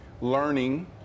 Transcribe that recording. learning